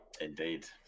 indeed